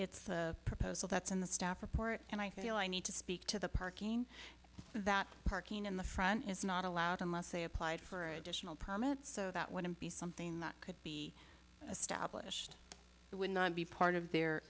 it's a proposal that's in the staff report and i feel i need to speak to the parking that parking in the front is not allowed unless they applied for additional permits so that wouldn't be something that could be established it would not be part of their